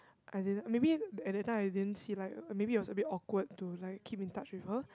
I didn't maybe at that time I didn't see like maybe it was a bit awkward to like keep in touch with her